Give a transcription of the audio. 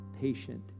patient